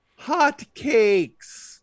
Hotcakes